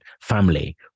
family